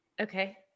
Okay